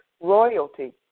royalty